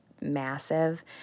massive